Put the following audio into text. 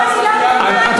לא, אני לא מבינה את זה.